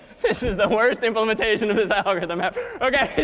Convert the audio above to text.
this is the worst implementation of this algorithm ever. ok.